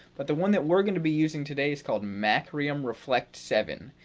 but the one that we're going to be using today is called macrium reflect seven.